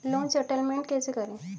Loan settlement कैसे करें?